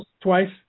twice